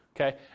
Okay